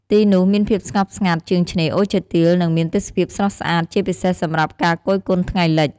ទីនោះមានភាពស្ងប់ស្ងាត់ជាងឆ្នេរអូឈើទាល និងមានទេសភាពស្រស់ស្អាត ជាពិសេសសម្រាប់ការគយគន់ថ្ងៃលិច។